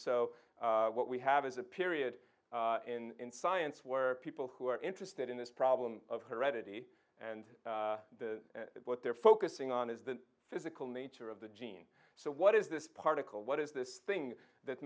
so what we have is a period in science where people who are interested in this problem of heredity and what they're focusing on is the physical nature of the gene so what is this particle what is this thing that